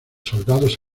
soldados